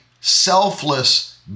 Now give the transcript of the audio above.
selfless